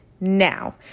Now